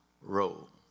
role